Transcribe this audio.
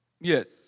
Yes